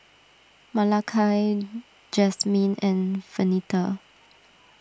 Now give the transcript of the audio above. Malakai Jasmyne and Venita